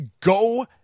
go